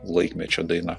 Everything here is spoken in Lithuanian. laikmečio daina